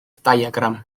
diagram